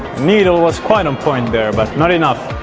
needle was quite on point there but not enough